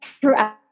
throughout